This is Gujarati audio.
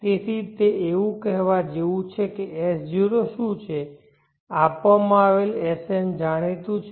તેથી તે એવું કહેવા જેવું છે કે So શું છે આપવામાં આવેલ Sn જાણીતું છે